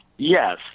Yes